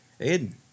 Aiden